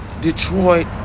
Detroit